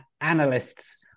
analysts